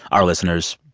our listeners,